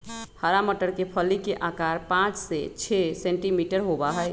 हरा मटर के फली के आकार पाँच से छे सेंटीमीटर होबा हई